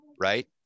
right